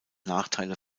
nachteile